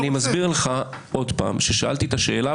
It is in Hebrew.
אז אני מסביר לך עוד פעם ששאלתי את השאלה,